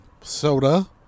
soda